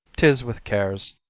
tis with cares.